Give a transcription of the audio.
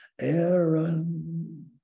Aaron